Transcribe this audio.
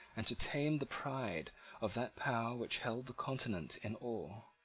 and to tame the pride of that power which held the continent in awe.